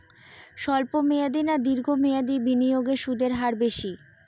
স্বল্প মেয়াদী না দীর্ঘ মেয়াদী বিনিয়োগে সুদের হার বেশী?